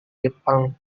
jepang